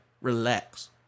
Relax